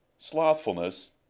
Slothfulness